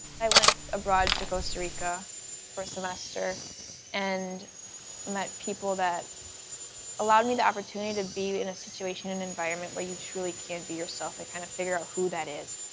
i went abroad to costa rica for so a and met people that allowed me the opportunity to be in a situation and environment where you truly can be yourself and kind of figure out who that is.